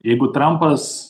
jeigu trampas